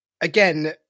again